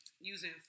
using